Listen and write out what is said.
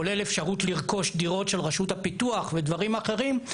כולל אפשרות לרכוש דירות של רשות הפיתוח ודברים אחרים,